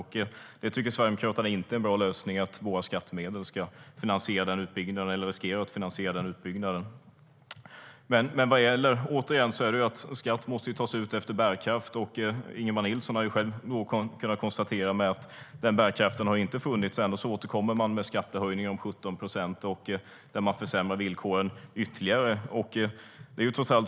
Sverigedemokraterna tycker inte att det är en bra lösning att våra skattemedel ska finansiera denna utbyggnad, eller riskera att finansiera denna utbyggnad. Men skatt måste tas ut efter bärkraft. Ingemar Nilsson har själv kunnat konstatera att denna bärkraft inte har funnits. Ändå återkommer man med skattehöjningar på 17 procent, och man försämrar villkoren ytterligare.